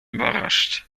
überrascht